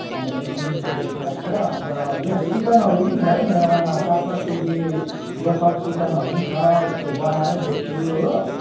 बिस रुपियाँ जस्तो बेसी लाग्छ अन्त यहाँ चिकनहरू पनि छ है मेरोमा चार पाँच केजी लोकल चिकनहरू पनि छ बनाएरै बेच्छु हो